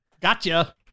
Gotcha